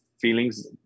feelings